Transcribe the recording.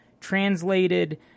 translated